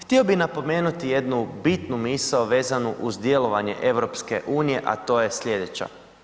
Htio bih napomenuti jednu bitnu misao vezanu uz djelovanje EU a to je sljedeća.